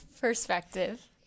perspective